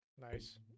Nice